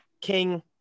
King